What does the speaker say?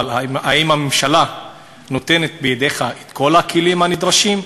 אבל, האם הממשלה נותנת בידיך את כל הכלים הנדרשים?